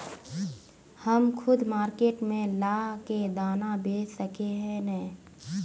हम खुद मार्केट में ला के दाना बेच सके है नय?